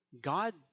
God